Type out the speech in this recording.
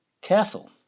careful